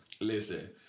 Listen